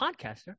podcaster